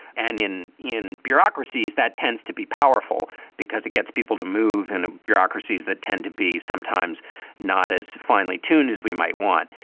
and in in bureaucracies, that tends to be powerful because it gets people to move and ah bureaucracies that tend to be sometimes not as finely tuned as we might want.